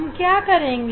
हम क्या करेंगे